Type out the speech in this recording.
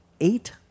eight